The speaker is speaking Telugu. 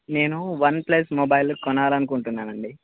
నేను వన్ ప్లస్ మొబైల్ కొనాలనుకుంటున్నానండి